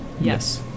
Yes